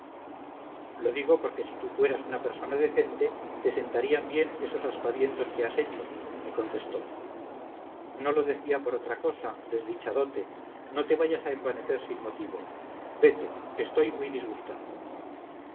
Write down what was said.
lo digo por que si tú fueras una persona decente te sentarían bien esos aspavientos que has hecho me contestó no lo decía por otra cosa desdichadote no te vayas a envanecer sin motivo vete estoy muy disgustada